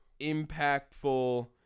impactful